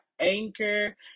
Anchor